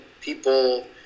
people